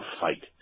fight